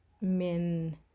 men